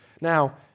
Now